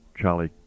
Charlie